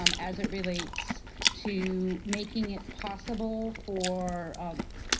um as it relates to making it possible for